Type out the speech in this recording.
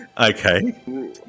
Okay